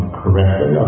correctly